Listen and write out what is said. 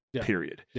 period